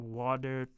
water